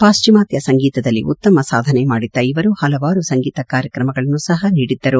ಪಾಶ್ಚಿಮಾತ್ಯ ಸಂಗೀತದಲ್ಲಿ ಉತ್ತಮ ಸಾಧನೆ ಮಾಡಿದ್ದ ಇವರು ಹಲವಾರು ಸಂಗೀತ ಕಾರ್ಯಕ್ರಮಗಳನ್ನು ಸಹ ನೀಡಿದ್ದರು